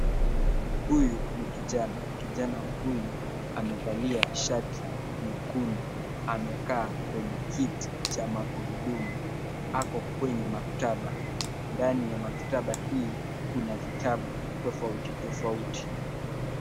Huyu ni kijana, kijana huyu amevalia shati nyekundu. Amekaa kwenye kiti cha magurudumu. Ako kwenye maktaba. Ndani ya maktaba hii kuna vitabu tofauti tofauti.